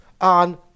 on